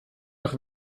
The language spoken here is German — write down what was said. nach